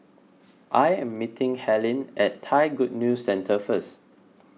I am meeting Helyn at Thai Good News Centre first